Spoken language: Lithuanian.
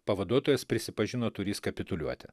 pavaduotojas prisipažino turįs kapituliuoti